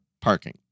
parking